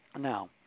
Now